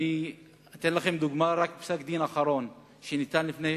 אתן לכם דוגמה מפסק-דין שניתן לפני